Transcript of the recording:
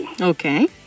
okay